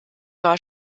war